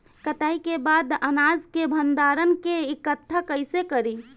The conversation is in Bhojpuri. कटाई के बाद अनाज के भंडारण में इकठ्ठा कइसे करी?